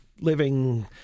living